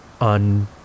on